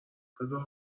بذار